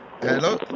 Hello